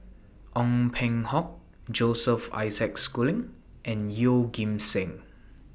Ong Peng Hock Joseph Isaac Schooling and Yeoh Ghim Seng